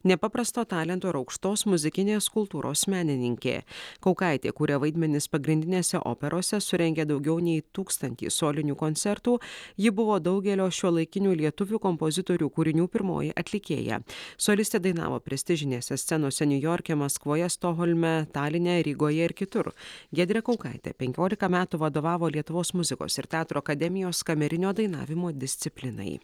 nepaprasto talento ir aukštos muzikinės kultūros menininkė kaukaitė kuria vaidmenis pagrindinėse operose surengė daugiau nei tūkstantį solinių koncertų ji buvo daugelio šiuolaikinių lietuvių kompozitorių kūrinių pirmoji atlikėja solistė dainavo prestižinėse scenose niujorke maskvoje stokholme taline rygoje ir kitur giedrė kaukaitė penkiolika metų vadovavo lietuvos muzikos ir teatro akademijos kamerinio dainavimo disciplinai